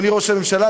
אדוני ראש הממשלה,